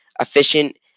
efficient